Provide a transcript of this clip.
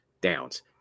downs